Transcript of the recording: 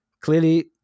Clearly